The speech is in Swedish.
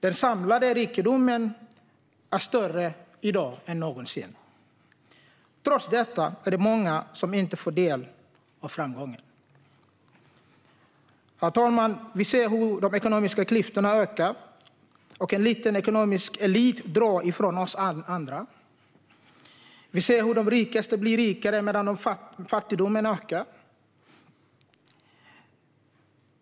Den samlade rikedomen är större i dag än någonsin. Trots detta är det många som inte får del av framgången. Herr talman! Vi ser hur de ekonomiska klyftorna ökar, och en liten ekonomisk elit drar ifrån oss andra. Vi ser hur de rikaste blir rikare medan fattigdomen ökar.